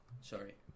Sorry